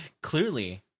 clearly